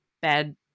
bad